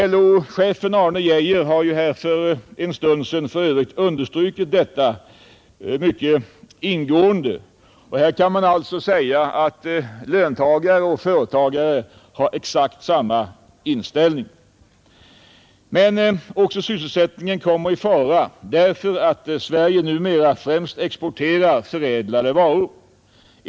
LO-chefen Arne Geijer har för en stund sedan för övrigt understrukit detta mycket ingående. Här kan man alltså säga att löntagare och företagare har exakt samma inställning. Men även sysselsättningen kommer i fara därför att Sverige numera främst exporterar förädlade varor.